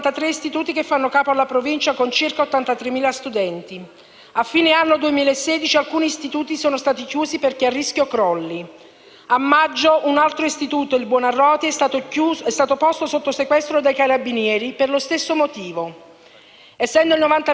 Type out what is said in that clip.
A maggio un altro istituto, il Buonarroti, è stato posto sotto sequestro dai carabinieri per lo stesso motivo. Essendo il 90 per cento di questi istituti non a norma, per ciò che riguarda le certificazioni per la sicurezza, probabilmente non potranno aprire per il nuovo anno scolastico